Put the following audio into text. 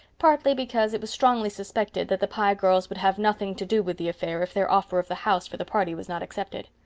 partly because it was strongly suspected that the pye girls would have nothing to do with the affair if their offer of the house for the party was not accepted.